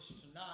tonight